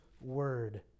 Word